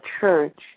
church